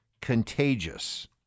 contagious